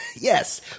Yes